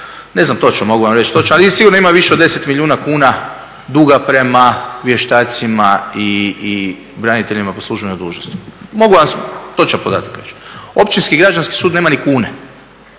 ne znam točno, mogu vam reći točno, ali sigurno ima više od 10 milijuna kuna duga prema vještacima i braniteljima po službenoj dužnosti. Mogu vam točan podatak reći. Općinski građanski sud nema ni kune.